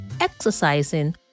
exercising